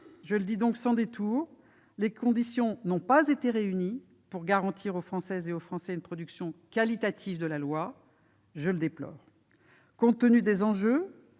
Je le dis donc sans détour : les conditions ne sont pas réunies pour garantir aux Françaises et aux Français une production qualitative de la loi ; je le déplore. Compte tenu des enjeux,